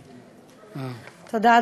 תודה.